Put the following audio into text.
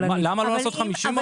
למה לא לעשות 50 אחוזים?